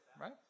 right